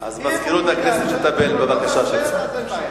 אז אין בעיה.